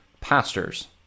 pastors